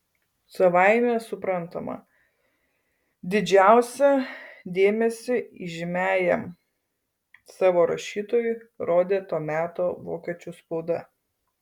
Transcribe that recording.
savaime suprantama didžiausią dėmesį įžymiajam savo rašytojui rodė to meto vokiečių spauda